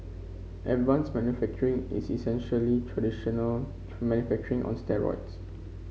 advanced manufacturing is essentially traditional manufacturing on steroids